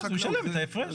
אז הוא ישלם את ההפרש.